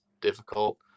difficult